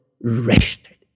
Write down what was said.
rested